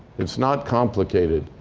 it's not complicated.